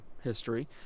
history